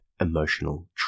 emotional